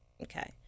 Okay